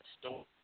store